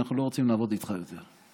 אנחנו לא רוצים לעבוד איתך יותר.